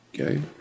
Okay